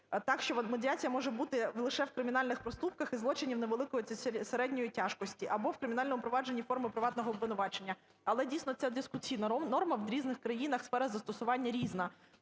так, що медіація може бути лише в кримінальних проступках і злочинів невеликої та середньої тяжкості, або в кримінальному провадженні форми приватного обвинувачення. Але, дійсно, це дискусійна норма, і в різних країнах сфера застосування різна.